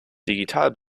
digital